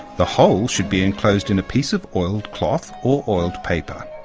the whole should be enclosed in a piece of oiled cloth or oiled paper.